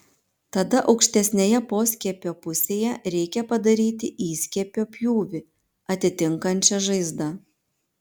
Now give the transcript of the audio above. tada aukštesnėje poskiepio pusėje reikia padaryti įskiepio pjūvį atitinkančią žaizdą